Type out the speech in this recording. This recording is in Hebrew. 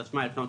התשמ"ה-1985,